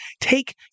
take